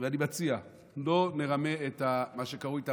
אני מציע שלא נרמה את מה שקרוי "המאזינים".